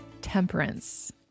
temperance